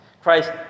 Christ